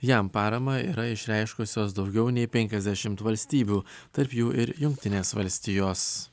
jam paramą yra išreiškusios daugiau nei penkiasdešimt valstybių tarp jų ir jungtinės valstijos